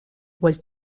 was